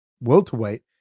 welterweight